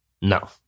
No